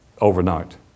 overnight